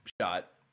shot